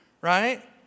Right